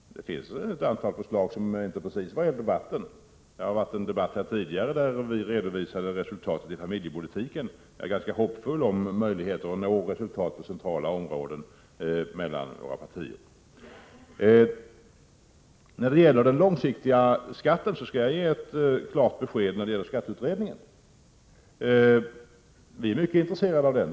Det finns faktiskt ett antal förslag som inte precis är eld och vatten. Det har förts en debatt här tidigare, där vi redovisade resultat av familjepolitiken. Jag är ganska hoppfull när det gäller möjligheten för de olika partierna att på centrala områden gemensamt nå resultat. Beträffande den långsiktiga skatten skall jag ge ett klart besked i fråga om skatteutredningen. Vi är mycket intresserade av den.